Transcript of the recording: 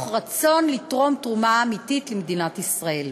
רצון לתרום תרומה אמיתית למדינת ישראל.